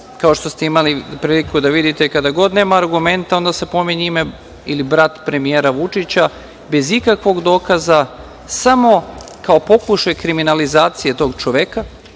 kao što ste imali priliku da vidite da kad god nema argumenta onda se pominje ime ili brat premijer Vučića, bez ikakvog dokaza, samo kao pokušaj kriminalizacije tog čoveka,